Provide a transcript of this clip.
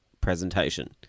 presentation